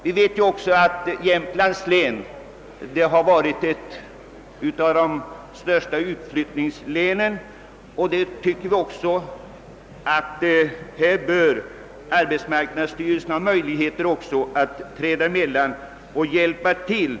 Vi vet också att Jämtlands län är ett av de största utflyttningslänen, varför arbetsmarknadsstyrelsen enligt vår uppfattning bör ha möjligheter att träda emellan och hjälpa till.